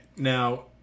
Now